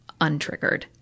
untriggered